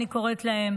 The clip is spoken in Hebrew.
אני קוראת להם,